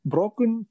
Broken